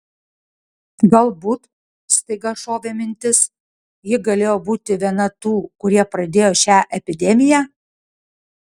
galbūt staiga šovė mintis ji galėjo būti viena tų kurie pradėjo šią epidemiją